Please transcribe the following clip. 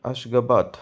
Ashgabat